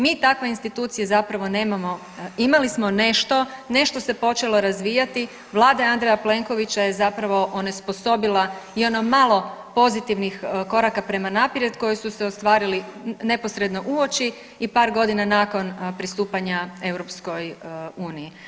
Mi takve institucije zapravo nemamo, imali smo nešto, nešto se počelo razvijati, Vlada Andreja Plenkovića je zapravo onesposobila i ono malo pozitivnih koraka prema naprijed koji su se ostvarili neposredno uoči i par godina nakon pristupanja EU.